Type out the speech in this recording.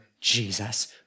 Jesus